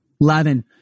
Eleven